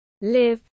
live